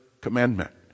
commandment